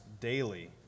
daily